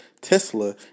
Tesla